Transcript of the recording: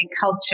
culture